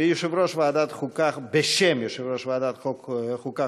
ובשם יושב-ראש ועדת החוקה,